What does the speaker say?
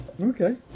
Okay